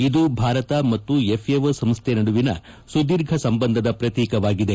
ಇದು ಭಾರತ ಮತ್ತು ಎಫ್ಎಒ ಸಂಸ್ಥೆ ನಡುವಿನ ಸುದೀರ್ಘ ಸಂಬಂಧದ ಪ್ರತೀಕವಾಗಿದೆ